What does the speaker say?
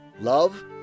love